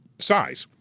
size.